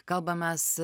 kalbam mes